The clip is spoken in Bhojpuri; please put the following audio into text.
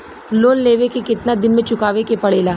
लोन लेवे के कितना दिन मे चुकावे के पड़ेला?